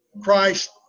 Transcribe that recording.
christ